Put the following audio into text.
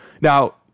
Now